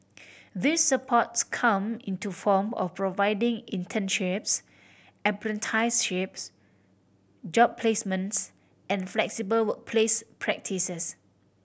this supports come in to form of providing internships apprenticeships job placements and flexible workplace practices